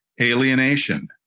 alienation